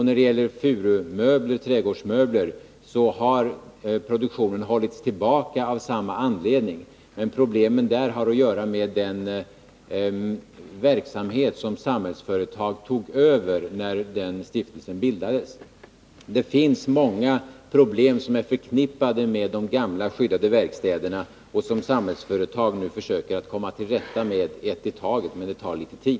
När det gäller trädgårdsmöbler i furu har produktionen hållits tillbaka av samma anledning. Problemen där har att göra med den verksamhet som Samhällsföretag tog över när den stiftelsen bildades. Det finns många problem som är förknippade med de gamla skyddade verkstäderna och som Samhällsföretag nu försöker komma till rätta med ett i taget. Men det tar litet tid.